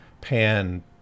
pan